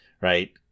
Right